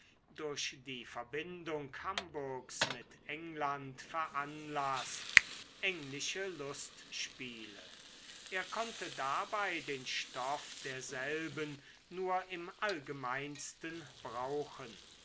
durch die verbindung hamburgs mit england veranlaßt englische lustspiele er konnte dabei den stoff derselben nur im allgemeinsten brauchen